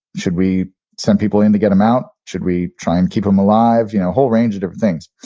should we send people in to get him out? should we try and keep him alive? you know, a whole range of different things